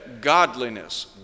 godliness